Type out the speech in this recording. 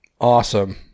Awesome